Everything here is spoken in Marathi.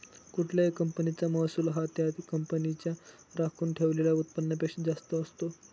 कुठल्याही कंपनीचा महसूल हा त्या कंपनीच्या राखून ठेवलेल्या उत्पन्नापेक्षा जास्त असते